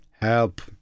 Help